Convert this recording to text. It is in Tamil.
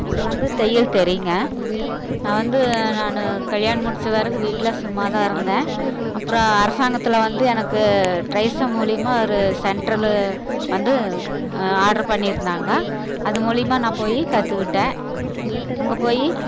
எனக்கு வந்து தையல் தெரியுங்க நான் வந்து நான் கல்யாணம் முடிச்ச பிறகு வீட்டில் சும்மாதான் இருந்தேன் அப்புறோம் அரசாங்கத்தில் வந்து எனக்கு ட்ரைஸு மூலியமாக ஒரு சென்ட்ரலு வந்து ஆர்ட்ரு பண்ணியிருந்தாங்க அது மூலியமாக நான் போய் கற்றுக்கிட்டேன் அங்கே போய்